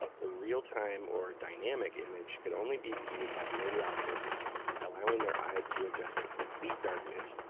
the real-time, or dynamic image could only be viewed by the radiologist by allowing their eyes to adjust to complete darkness,